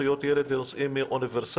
זכויות הילד הם נושאים אוניברסליים